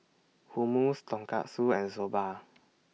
Hummus Tonkatsu and Soba